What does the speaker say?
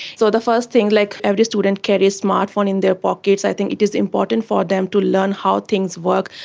so the first thing, like every student carries a smart phone in their pockets, i think it is important for them to learn how things work,